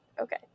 okay